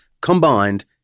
combined